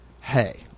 Hey